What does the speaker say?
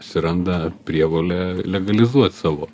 atsiranda prievolė legalizuot savo